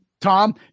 Tom